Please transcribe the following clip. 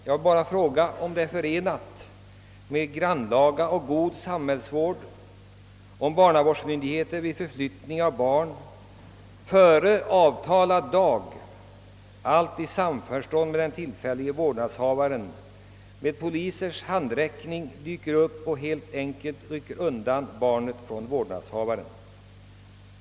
Jag vill endast fråga om det är förenligt med grannlaga och god sambhällsvård att barnavårdsmyndigheter vid förflyttning av barn före avtalad dag — allt i samförstånd med den tilifällige vårdnadshavaren — dyker upp och med polishandräckning helt enkelt rycker undan barnet från den egentlige vårdnadshavaren.